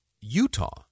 Utah